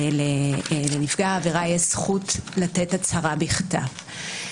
הרי לנפגע עבירה יש זכות לתת הצהרה בכתב.